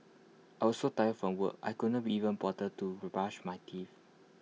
I was so tired from work I could not even bother to brush my teeth